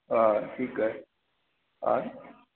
त ठीकु आहे हा